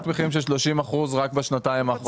מחירים של כ-30% רק בשנתיים האחרונות.